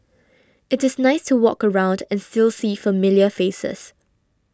it is nice to walk around and still see familiar faces